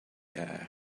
air